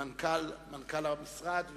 מנכ"ל המשרד,